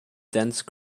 dense